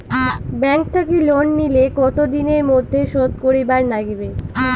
Bank থাকি loan নিলে কতো দিনের মধ্যে শোধ দিবার নাগিবে?